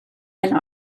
and